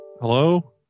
Hello